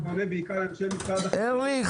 אני פונה בעיקר לאנשי משרד החקלאות --- ארליך,